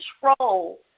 control